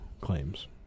claims